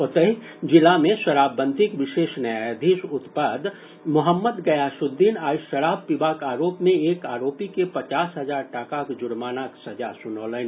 ओतहि जिला मे शराबबंदीक विशेष न्यायाधीश उत्पाद मोहम्मद गयासुद्दीन आइ शराब पीबाक आरोप मे एक आरोपी के पचास हजार टाकाक जुर्मानाक सजा सुनौलनि